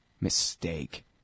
Mistake